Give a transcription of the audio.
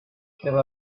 still